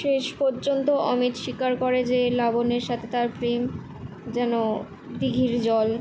শেষ পর্যন্ত অমিত স্বীকার করে যে লাবণ্যের সাথে তার প্রেম যেন দিঘির জল